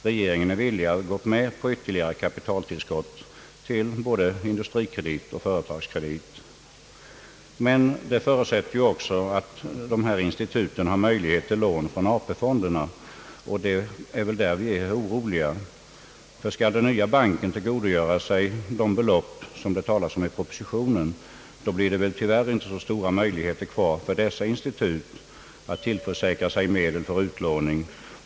Regeringen är villig att gå med på ytterligare kapitaltillskott till AB Industrikredit och AB Företagskredit. Men detta förutsätter ju också att dessa institut har möjlighet till lån från AP fonderna och det är väl därvidlag som vi är oroliga. Skall den nya banken nämligen tillgodogöra sig de belopp som nämns i propositionen, blir det väl tyvärr inte så stora möjligheter kvar för dessa institut att tillförsäkra sig medel för utlåning.